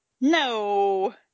No